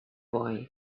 boy